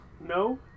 No